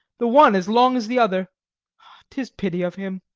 the one as long as the other tis pity of him.